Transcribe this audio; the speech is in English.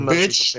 Bitch